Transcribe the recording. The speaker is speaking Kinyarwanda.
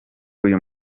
uyu